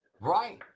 Right